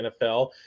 NFL